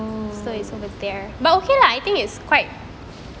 oh